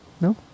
No